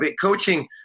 coaching